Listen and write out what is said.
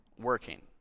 working